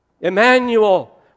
Emmanuel